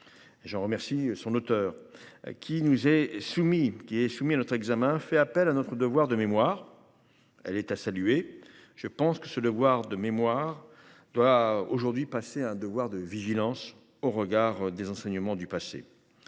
J'remercie son auteur qui nous est soumis, qui est soumis à notre examen fait appel à notre devoir de mémoire. Elle est à saluer. Je pense que ce devoir de mémoire doit aujourd'hui passer un devoir de vigilance au regard des enseignements du passé.